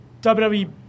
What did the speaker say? WWE